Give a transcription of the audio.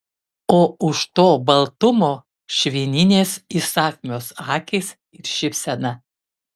o už to baltumo švininės įsakmios akys ir šypsena